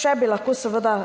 še bi lahko seveda